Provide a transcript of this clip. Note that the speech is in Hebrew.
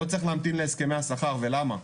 לא צריך להמתין להסכמי השכר, ולמה?